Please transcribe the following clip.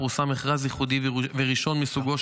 פורסם מכרז ייחודי וראשון מסוגו,